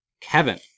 Kevin